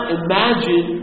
imagine